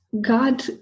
God